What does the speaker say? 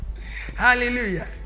Hallelujah